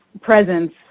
presence